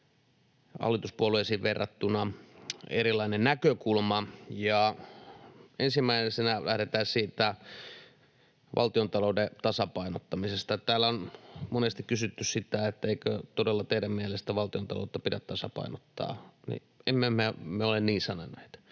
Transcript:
hallituspuolueisiin verrattuna erilainen näkökulma. Lähdetään ensimmäisenä siitä valtiontalouden tasapainottamisesta. Täällä on monesti kysytty sitä, että eikö todella teidän mielestänne valtiontaloutta pidä tasapainottaa, mutta emme me ole niin sanoneet.